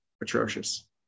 atrocious